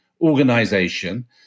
organization